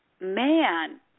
man